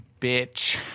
bitch